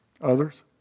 others